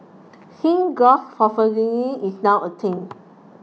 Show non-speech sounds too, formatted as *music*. since gross *unintelligible* is now a thing